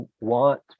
want